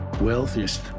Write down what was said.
wealthiest